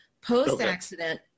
post-accident